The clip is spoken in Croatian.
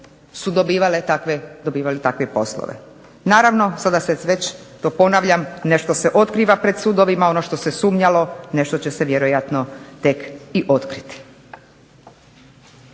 su dobivali takve poslove. Naravno, ponavljam toga se nešto otkrilo pred sudovima ono što se sumnjalo, nešto će se vjerojatno tek i otkriti.